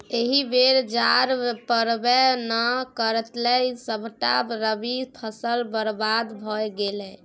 एहि बेर जाड़ पड़बै नै करलै सभटा रबी फसल बरबाद भए गेलै